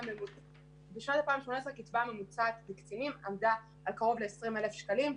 בשנת 2018 הקצבה הממוצעת לקצינים עמדה על קרוב ל-20,000 שקלים,